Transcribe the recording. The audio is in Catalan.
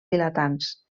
vilatans